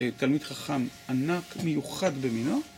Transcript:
תלמיד חכם ענק, מיוחד במינו.